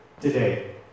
today